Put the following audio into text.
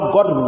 God